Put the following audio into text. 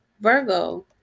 Virgo